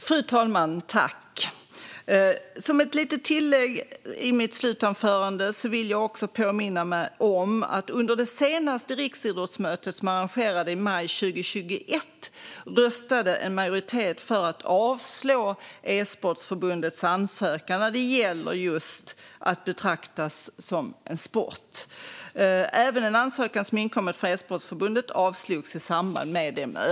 Fru talman! Som ett litet tillägg i mitt slutanförande vill jag påminna om att under det senaste riksidrottsmötet, som arrangerades i maj 2021, röstade en majoritet för ett avslag på E-sportförbundets ansökan när det gäller just att detta skulle betraktas som en sport. Även en ansökan som inkommit från E-sportförbundet avslogs i samband med detta möte.